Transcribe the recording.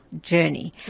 journey